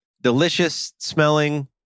delicious-smelling